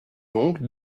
donc